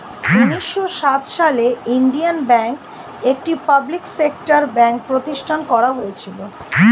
উন্নিশো সাত সালে ইন্ডিয়ান ব্যাঙ্ক, একটি পাবলিক সেক্টর ব্যাঙ্ক প্রতিষ্ঠান করা হয়েছিল